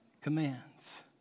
commands